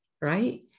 right